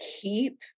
keep